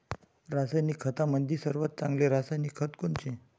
रासायनिक खतामंदी सर्वात चांगले रासायनिक खत कोनचे?